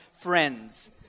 friends